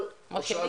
אני יכולה לומר משהו?